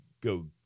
go